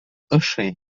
ошый